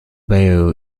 bayou